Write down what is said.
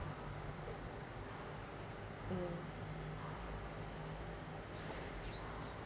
mm